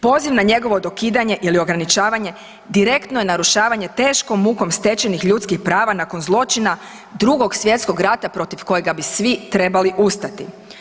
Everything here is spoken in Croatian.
Poziv na njegovo dokidanje ili ograničavanje direktno je narušavanje teškom mukom stečenih ljudskih prava nakon zločina Drugog svjetskog rata protiv kojega bi svi trebali ustati.